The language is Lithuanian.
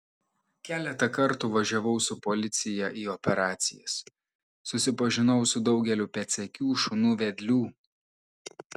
keletą kartų važiavau su policiją į operacijas susipažinau su daugeliu pėdsekių šunų vedlių